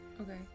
okay